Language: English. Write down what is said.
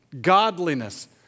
godliness